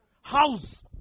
house